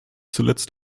zuletzt